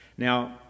Now